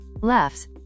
Laughs